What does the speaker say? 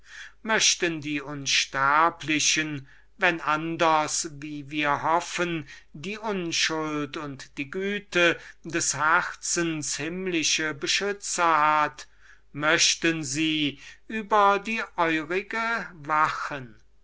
möchten die unsterblichen wenn anders wie wir hoffen die unschuld und die güte des herzens himmlische beschützer hat möchten sie über die eurige wachen